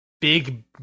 Big